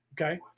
okay